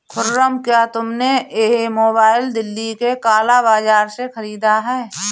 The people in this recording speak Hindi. खुर्रम, क्या तुमने यह मोबाइल दिल्ली के काला बाजार से खरीदा है?